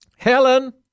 Helen